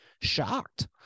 shocked